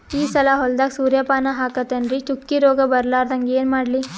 ಈ ಸಲ ಹೊಲದಾಗ ಸೂರ್ಯಪಾನ ಹಾಕತಿನರಿ, ಚುಕ್ಕಿ ರೋಗ ಬರಲಾರದಂಗ ಏನ ಮಾಡ್ಲಿ?